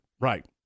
Right